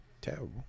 terrible